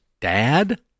dad